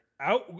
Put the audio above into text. out